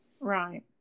Right